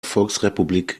volksrepublik